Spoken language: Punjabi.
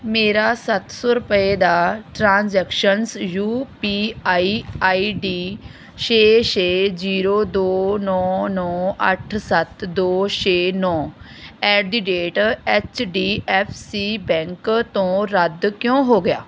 ਮੇਰਾ ਸੱਤ ਸੌ ਰੁਪਏ ਦਾ transactions U P I I D ਛੇ ਛੇ ਜ਼ੀਰੋ ਦੋ ਨੌਂ ਨੌਂ ਅੱਠ ਸੱਤ ਦੋ ਛੇ ਨੌਂ ਐਟ ਦੀ date H D F C bank ਤੋਂ ਰੱਦ ਕਿਉਂ ਹੋ ਗਿਆ